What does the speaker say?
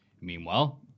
Meanwhile